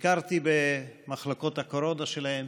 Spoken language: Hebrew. ביקרתי במחלקות הקורונה שלהם,